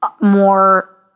more